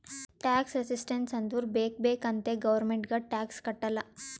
tax resistance ಅಂದುರ್ ಬೇಕ್ ಬೇಕ್ ಅಂತೆ ಗೌರ್ಮೆಂಟ್ಗ್ ಟ್ಯಾಕ್ಸ್ ಕಟ್ಟಲ್ಲ